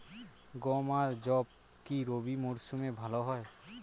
গম আর যব কি রবি মরশুমে ভালো হয়?